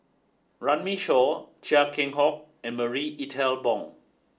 Runme Shaw Chia Keng Hock and Marie Ethel Bong